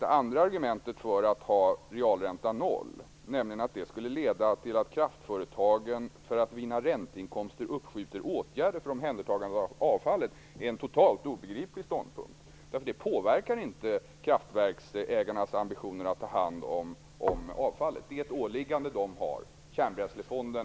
Det andra argumentet för att ha realräntan 0 %, nämligen att detta skulle leda till att kraftföretagen för att vinna ränteinkomster uppskjuter åtgärder för omhändertagandet av avfallet, är totalt obegripligt. Detta påverkar inte kraftverksägarnas ambitioner att ta hand om avfallet. Det är ett åliggande som de har.